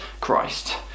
Christ